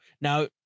Now